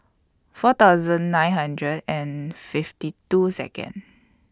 four thousand nine hundred and fifty two Second